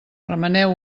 remeneu